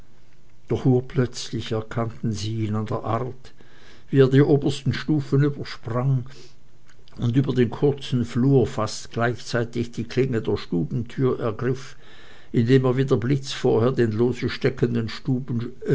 doch urplötzlich erkannten sie ihn an der art wie er die obersten stufen übersprang und über den kurzen flur weg fast gleichzeitig die klinke der stubentür ergriff nachdem er wie der blitz vorher den lose